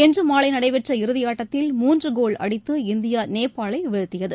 இன்றுமாலைநடைபெற்ற இறுதியாட்டத்தில் மூன்றுகோல் அடித்து இந்தியா நேபாளைவீழ்த்தியது